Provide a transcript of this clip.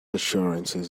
assurances